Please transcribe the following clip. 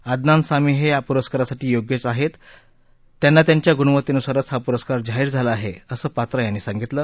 आदनान सामी हे या पुरस्कारासाठी योग्यच आहेत आणि त्यांना त्यांच्या गुणवत्तेनुसारचे हा पुरस्कार जाहीर झाला आहे असं पात्रा यांनी सांगितलं